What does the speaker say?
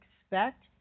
Expect